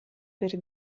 per